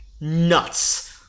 nuts